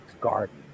garden